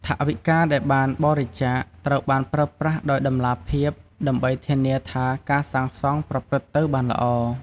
ថវិកាដែលបានបរិច្ចាគ ត្រូវបានប្រើប្រាស់ដោយតម្លាភាពដើម្បីធានាថាការងារសាងសង់ប្រព្រឹត្តទៅបានល្អ។